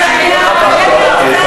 זה היה, של האקדמיה.